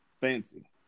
Fancy